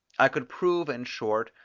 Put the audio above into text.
i could prove, in short,